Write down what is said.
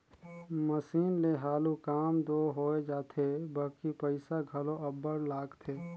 machine ले हालु काम दो होए जाथे बकि पइसा घलो अब्बड़ लागथे